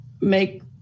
make